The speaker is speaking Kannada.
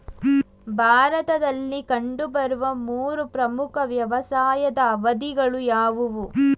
ಭಾರತದಲ್ಲಿ ಕಂಡುಬರುವ ಮೂರು ಪ್ರಮುಖ ವ್ಯವಸಾಯದ ಅವಧಿಗಳು ಯಾವುವು?